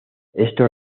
esto